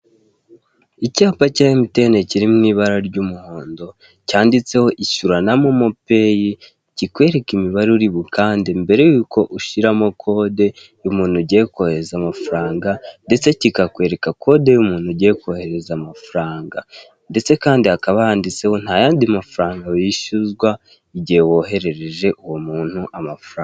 Icyapa cya MTN kiri mu ibara ry'umuhondo, cyanditseho "Ishyura na MoMo pay", kikwereka imibare uribukande, mbere y'uko ushyiramo kode y'umuntu ugiye koherereza amafaranga, ndetse kikakwereka kode y'umuntu ugiye koherereza amafaranga. Ndetse kandi hakaba handitseho "Nta yandi mafaranga wishyuzwa, igihe woherereje uwo umuntu amafaranga".